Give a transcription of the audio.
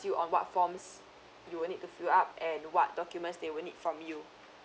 you on what forms you will need to fill up and what documents they would need from you